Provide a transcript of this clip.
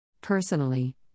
Personally